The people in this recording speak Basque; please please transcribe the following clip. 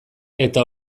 eta